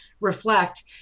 reflect